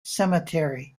cemetery